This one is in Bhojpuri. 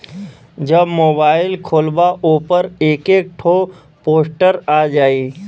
जब मोबाइल खोल्बा ओपर एक एक ठो पोस्टर आ जाई